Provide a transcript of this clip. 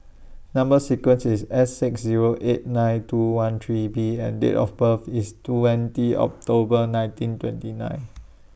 Number sequence IS S six Zero eight nine two one three B and Date of birth IS twenty October nineteen twenty nine